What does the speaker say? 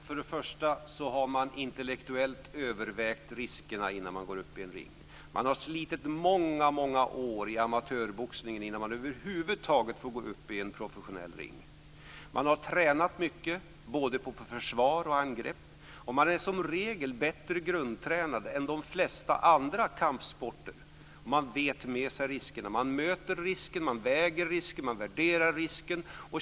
Fru talman! Man har intellektuellt övervägt riskerna innan man går upp i en ring. Man har slitit många många år i amatörboxningen innan man över huvud taget får gå upp i en professionell ring. Man har tränat mycket, både på försvar och på angrepp. Man är som regel bättre grundtränad än i de flesta andra kampsporter. Man vet med sig riskerna, man möter risken, man väger risken, värderar risken.